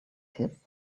kids